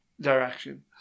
direction